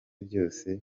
byose